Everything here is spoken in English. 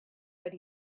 but